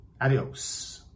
Adios